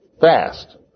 fast